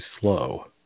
slow